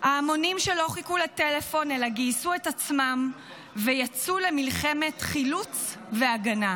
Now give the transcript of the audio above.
ההמונים שלא חיכו לטלפון אלא גייסו את עצמם ויצאו למלחמת חילוץ והגנה,